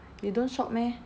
you don't shop meh